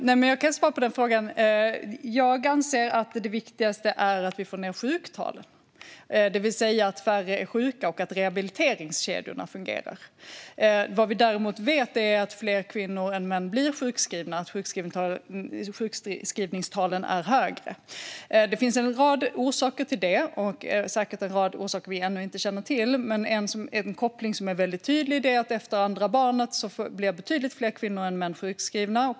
Herr talman! Jag anser att det viktigaste är att få ned sjuktalen, det vill säga att färre är sjuka och att rehabiliteringskedjorna fungerar. Vad vi däremot vet är att fler kvinnor än män sjukskrivs, det vill säga att sjukskrivningstalen är högre. Det finns en rad orsaker till det och säkert en rad orsaker vi ännu inte känner till, men en tydlig koppling är att efter andra barnet blir betydligt fler kvinnor än män sjukskrivna.